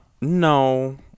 no